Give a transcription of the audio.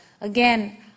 again